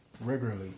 regularly